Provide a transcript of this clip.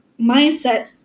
mindset